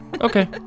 okay